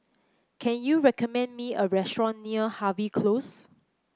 can you recommend me a restaurant near Harvey Close